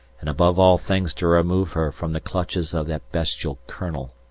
and above all things to remove her from the clutches of that bestial colonel,